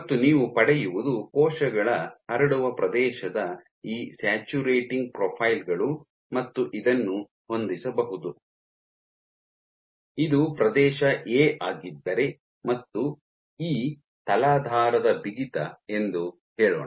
ಮತ್ತು ನೀವು ಪಡೆಯುವುದು ಕೋಶಗಳ ಹರಡುವ ಪ್ರದೇಶದ ಈ ಸ್ಯಾಚುರೇಟಿಂಗ್ ಪ್ರೊಫೈಲ್ ಗಳು ಮತ್ತು ಇದನ್ನು ಹೊಂದಿಸಬಹುದು ಇದು ಪ್ರದೇಶ ಎ ಆಗಿದ್ದರೆ ಮತ್ತು ಇ ತಲಾಧಾರದ ಬಿಗಿತ ಎಂದು ಹೇಳೋಣ